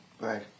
right